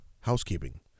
Housekeeping